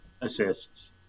assists